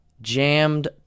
jammed